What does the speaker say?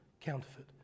counterfeit